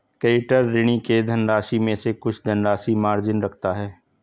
creditor, ऋणी के धनराशि में से कुछ धनराशि मार्जिन रखता है